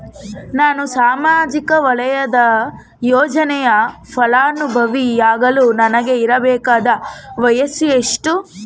ನಾನು ಸಾಮಾಜಿಕ ವಲಯದ ಯೋಜನೆಯ ಫಲಾನುಭವಿ ಯಾಗಲು ನನಗೆ ಇರಬೇಕಾದ ವಯಸ್ಸು ಎಷ್ಟು?